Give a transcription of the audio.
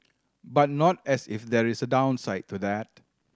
but not as if there is a downside to that